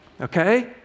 okay